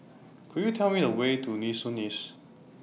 Could YOU Tell Me The Way to Nee Soon East